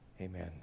Amen